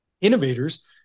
innovators